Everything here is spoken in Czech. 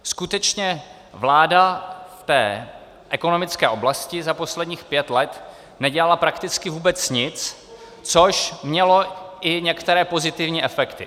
Skutečně vláda v ekonomické oblasti za posledních pět let nedělala prakticky vůbec nic, což mělo i některé pozitivní efekty.